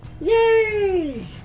Yay